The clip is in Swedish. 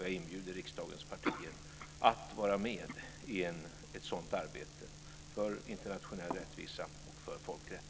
Jag inbjuder riksdagens partier att vara med i ett sådant arbete för internationell rättvisa och folkrätt.